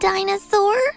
Dinosaur